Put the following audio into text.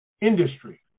Industry